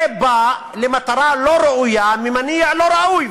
זה בא למטרה לא ראויה ממניע לא ראוי,